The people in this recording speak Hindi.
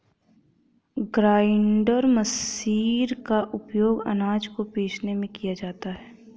ग्राइण्डर मशीर का उपयोग आनाज को पीसने में किया जाता है